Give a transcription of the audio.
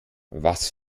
was